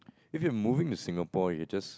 if you're moving to Singapore you're just